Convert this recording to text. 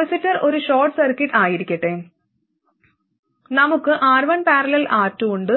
capacitor ഒരു short circuit ആയിരിക്കട്ടെ നമുക്ക് R1 ∥ R2 ഉണ്ട്